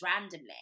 randomly